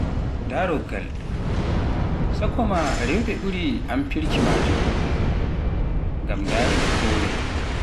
daaroogal sakkooma rewɓe ɓuri amfirki maajum ngam nderuki hore.